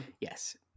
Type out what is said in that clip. Yes